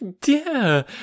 dear